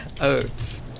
Oats